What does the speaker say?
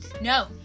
No